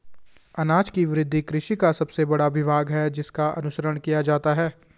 अनाज की वृद्धि कृषि का सबसे बड़ा विभाग है जिसका अनुसरण किया जाता है